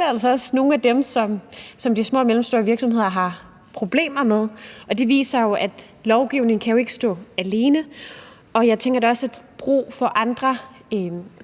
altså også nogle af dem, som de små og mellemstore virksomheder har problemer med, og det viser, at lovgivning ikke kan stå alene. Jeg tænker, at der også er brug for andre